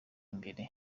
imbere